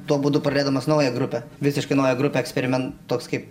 tuo būdu pradėdamas naują grupę visiškai naują grupę eksperimen toks kaip